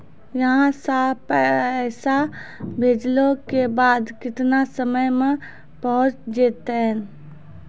यहां सा पैसा भेजलो के बाद केतना समय मे पहुंच जैतीन?